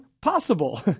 possible